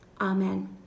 Amen